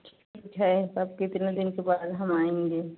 ठीक है तब कितने दिन के बाद हम आएँगे